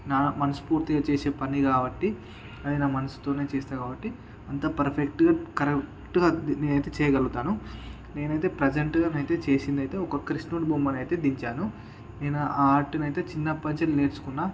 నా మనస్ఫూర్తిగా చేసే పని కాబట్టి అది నా మనస్సుతోనే చేస్తా కాబట్టి అంత పర్ఫెక్ట్గా కరెక్ట్గా నేనైతే చేయగలుగుతాను నేనైతే ప్రెజంట్గానైతే చేసిందైతే ఒక కృష్ణుడి బొమ్మను అయితే దించాను నేను ఆ ఆర్ట్ను అయితే చిన్నప్పటి నుంచి నేర్చుకున్నా